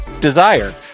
Desire